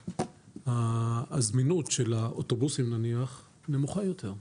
הזמינות של האוטובוסים נניח נמוכה יותר,